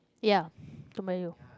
ya Toa-Payoh